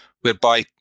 whereby